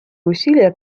усилия